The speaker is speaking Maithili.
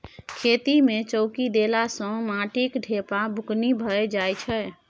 खेत मे चौकी देला सँ माटिक ढेपा बुकनी भए जाइ छै